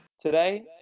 Today